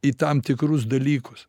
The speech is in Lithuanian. į tam tikrus dalykus